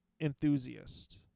enthusiast